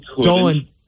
Dolan